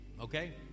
Okay